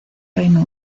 reino